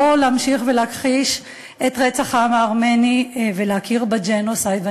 להמשיך ולהכחיש את רצח העם הארמני ולהכיר בג'נוסייד.